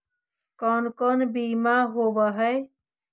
कोन कोन बिमा होवय है?